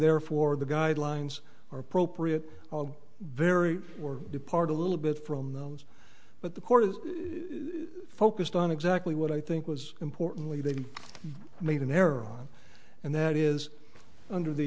therefore the guidelines are appropriate very or depart a little bit from those but the court is focused on exactly what i think was importantly they made an error and that is under the